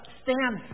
stand